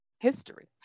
history